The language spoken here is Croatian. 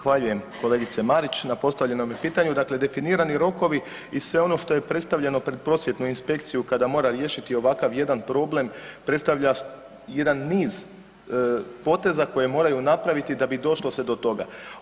Zahvaljujem kolegice Marić na postavljenome pitanju, dakle, definirani rokovi i sve ono što je predstavljeno pred prosvjetnu inspekciju kada mora riješiti ovakav jedan problem predstavlja jedan niz poteza koje moraju napraviti da bi došlo se to toga.